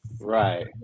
Right